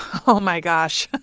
oh, my gosh. ah